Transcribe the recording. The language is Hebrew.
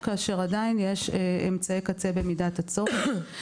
כאשר עדיין יש אמצעי קצה במידת הצורך.